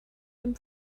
dem